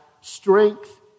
strength